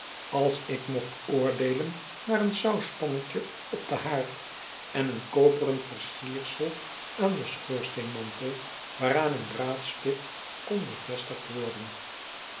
als ik mocht oordeelen naar een sauspannetje op den h aard en een koperen versiersel aan den schoorsteenmantel waaraan een braadspit kon bevestigd worden